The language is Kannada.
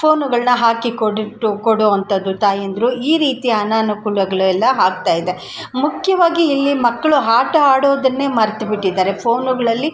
ಫೋನುಗಳನ್ನ ಹಾಕಿ ಕೊಡಿಟ್ಟು ಕೊಡೊ ಅಂಥದ್ದು ತಾಯಂದಿರು ಈ ರೀತಿ ಅನನುಕೂಲಗಳೆಲ್ಲ ಆಗ್ತಾಯಿದೆ ಮುಖ್ಯವಾಗಿ ಇಲ್ಲಿ ಮಕ್ಕಳು ಆಟ ಆಡೋದನ್ನೇ ಮರ್ತು ಬಿಟ್ಟಿದ್ದಾರೆ ಫೋನುಗಳಲ್ಲಿ